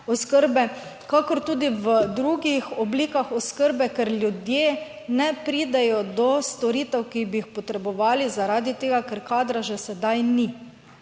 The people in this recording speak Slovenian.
oskrbe, kakor tudi v drugih oblikah oskrbe, ker ljudje ne pridejo do storitev, ki bi jih potrebovali zaradi tega, ker kadra že sedaj ni.